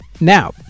Now